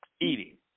eating